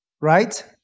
Right